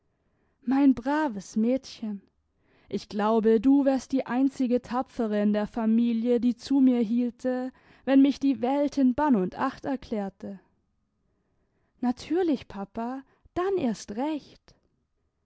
mein braves mädchen ich glaube du wärst die einzige tapfere in der familie die zu mir hielte wenn mich die welt in bann und acht erklärte natürlich papa dann erst recht